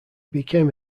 became